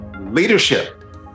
Leadership